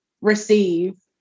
receive